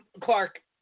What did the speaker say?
Clark